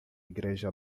igreja